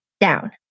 down